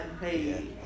hey